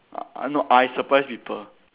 uh uh no I surprise people